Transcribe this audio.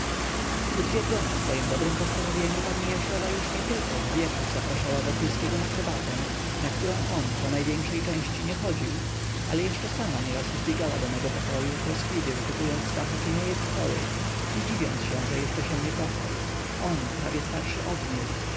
utwierdzona w dobrych postanowieniach pani jasiowa już nietylko w wieczór zapraszała wokulskiego na herbatę na którą on ponajwiększej części nie chodził ale jeszcze sama nieraz zbiegała do mego pokoju troskliwie wypytując stacha czy nie jest chory i dziwiąc się że się jeszcze nie kochał on prawie starszy od niej